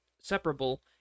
separable